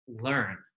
learn